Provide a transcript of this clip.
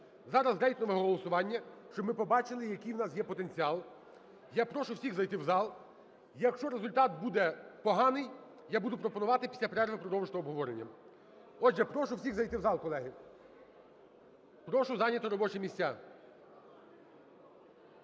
Зараз рейтингове голосування, щоб ми побачили, який в нас є потенціал. Я прошу всіх зайти в зал. Якщо результат буде поганий, я буду пропонувати після перерви продовжити обговорення. Отже, прошу всіх зайти в зал, колеги. Прошу зайняти робочі місця.